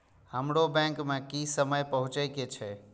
हमरो बैंक में की समय पहुँचे के छै?